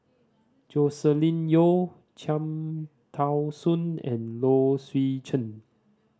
Joscelin Yeo Cham Tao Soon and Low Swee Chen